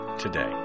today